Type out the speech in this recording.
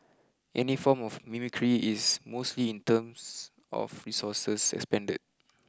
any form of mimicry is mostly in terms of resources expended